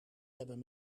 hebben